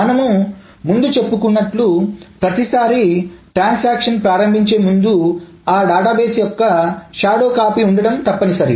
మనం ముందు చెప్పుకున్నట్లు ప్రతిసారి ట్రాన్సాక్షన్ ప్రారంభించే ముందు ఆ డేటాబేస్ యొక్క షాడో కాపి ఉండడం తప్పనిసరి